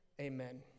Amen